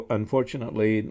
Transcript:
unfortunately